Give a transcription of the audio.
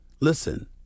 listen